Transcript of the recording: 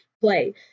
play